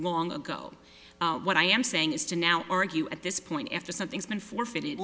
long ago what i am saying is to now argue at this point after something's been forfeited